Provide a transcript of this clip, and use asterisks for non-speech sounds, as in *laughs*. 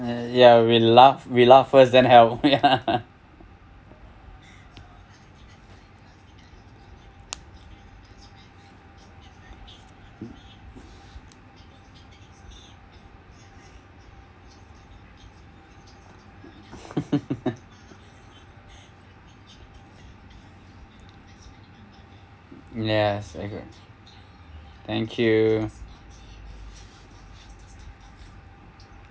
uh ya we laugh we laugh first then help ya *laughs* *laughs* yes agreed thank you